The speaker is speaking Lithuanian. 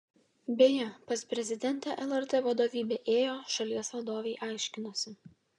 beje pas prezidentę lrt vadovybė ėjo šalies vadovei aiškinosi